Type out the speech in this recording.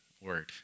word